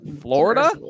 Florida